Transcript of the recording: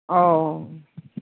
अ